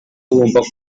bumva